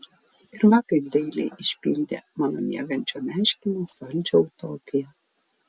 ir va kaip dailiai išpildė mano miegančio meškino saldžią utopiją